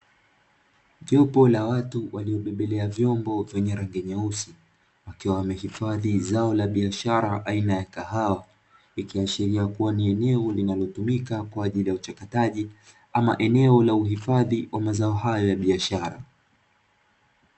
Jopo la watu waliobebelea vyombo vyenye rangi nyeusi, wakiwa wamehifadhi zao la bishara aina ya kahawa. Ikihashiria kuwa ni eneo linalotumika kwa ajili ya uchakataji ama eneo la uhifadhi wa mazao haya ya biashara.